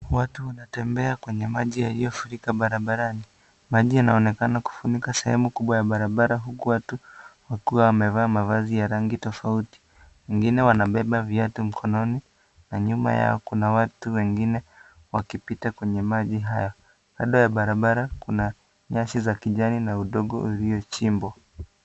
Watu wanatembea kwenye maji yaliyo furika barabarani, maji yqnaonekana kufunikabsehemu kubwa ya barabara huku watu wakiwa wamevaa mavazi ya rangi tofauti, wengine wanabeba viatu mkononi na nyuma yao kuna watu wengine wakipita kwenye maji haya, kando ya barabara kuna nyasi za kijani na udongo uliochimbwa.